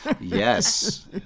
Yes